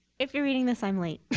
if you're reading this, i'm late.